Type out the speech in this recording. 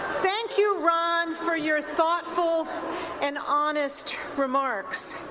thank you, ron, for your thoughtfuland and honest remarks,